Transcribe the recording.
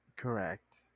Correct